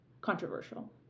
Controversial